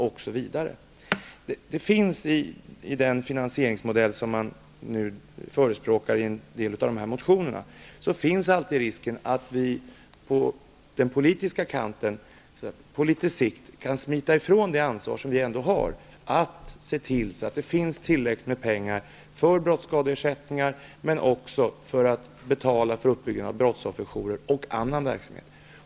Med den finansieringsmodell som förespråkas i en del av de här motionerna finns en risk att vi politiker på litet sikt kan smita ifrån det ansvar vi ändå har att se till att det finns tillräckligt med pengar för brottsskadeersättnigar, för betalning av uppbyggande av brottsofferjourer och för annan verksamhet.